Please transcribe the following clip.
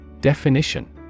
Definition